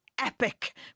epic